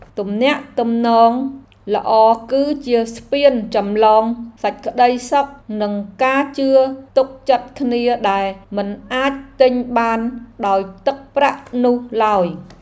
ទំនាក់ទំនងល្អគឺជាស្ពានចម្លងសេចក្តីសុខនិងការជឿទុកចិត្តគ្នាដែលមិនអាចទិញបានដោយទឹកប្រាក់នោះឡើយ។